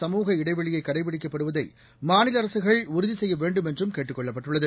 சமூக இடைவெளியை கடைபிடிக்கப்படுதை மாநில அரககள் உறுதி செய்ய வேண்டுமென்றும் கேட்டுக் கொள்ளப்பட்டுள்ளது